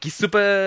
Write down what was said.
super